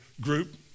group